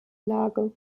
lage